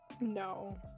no